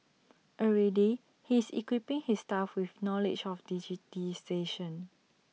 already he is equipping his staff with knowledge of digitisation